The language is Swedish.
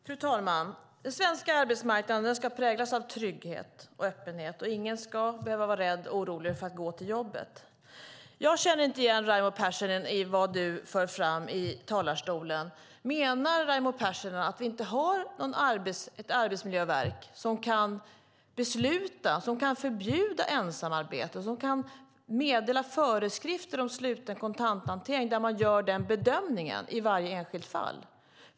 Fru talman! Den svenska arbetsmarknaden ska präglas av trygghet och öppenhet. Ingen ska behöva vara rädd och orolig för att gå till jobbet. Jag känner inte igen mig i det Raimo Pärssinen för fram i talarstolen. Menar Raimo Pärssinen att vi inte har ett arbetsmiljöverk som kan besluta, förbjuda ensamarbete och meddela föreskrifter om sluten kontanthantering när man gör den bedömningen i varje enskilt fall?